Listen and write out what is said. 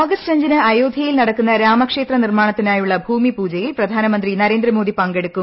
August അഞ്ചിന് അയോധ്യയിൽ നടക്കുന്ന രാമക്ഷേത്രനിർമാണത്തിനായുള്ള ഭൂമി പൂജയിൽ പ്രധാനമന്ത്രി നരേന്ദ്ര മോദി പങ്കെടുക്കും